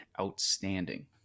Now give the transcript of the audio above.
outstanding